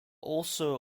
also